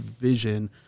vision